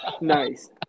Nice